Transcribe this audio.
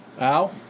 Ow